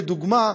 לדוגמה,